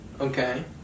okay